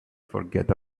forget